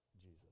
Jesus